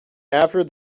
after